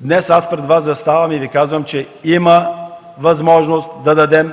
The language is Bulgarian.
днес аз заставам пред Вас и казвам, че има възможност да